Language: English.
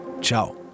ciao